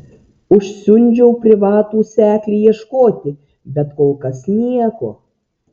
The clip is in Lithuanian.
užsiundžiau privatų seklį ieškoti bet kol kas nieko